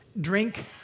drink